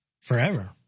forever